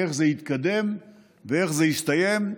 איך זה התקדם ואיך זה הסתיים.